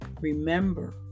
Remember